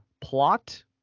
plot